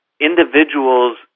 individuals